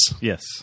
Yes